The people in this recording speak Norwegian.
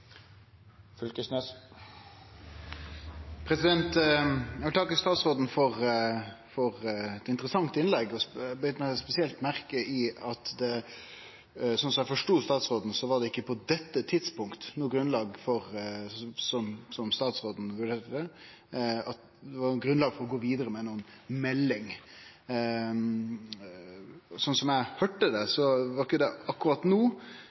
vil takke statsråden for eit interessant innlegg. Eg beit meg spesielt merke i – slik eg forstod statsråden – at det ikkje på dette tidspunktet er noko grunnlag, slik statsråden vurderer det, for å gå vidare med ei melding. Slik eg høyrde det, er det ikkje det akkurat no,